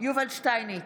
יובל שטייניץ,